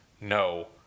no